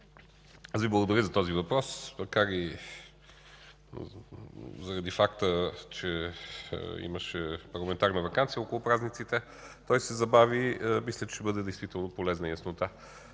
Ячев, благодаря Ви за този въпрос. Макар и заради факта, че имаше парламентарна ваканция около празниците, той се забави, но мисля, че ще хвърля полезна яснота